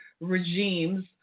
regimes